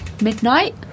midnight